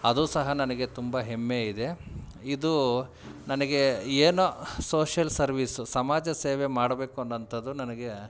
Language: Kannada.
ಅದು ಸಹ ನನಗೆ ತುಂಬ ಹೆಮ್ಮೆ ಇದೆ ಇದೂ ನನಗೆ ಏನೋ ಸೋಷ್ಯಲ್ ಸರ್ವೀಸು ಸಮಾಜ ಸೇವೆ ಮಾಡಬೇಕು ಅನ್ನೋಂಥದು ನನಗೆ